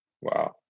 Wow